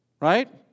Right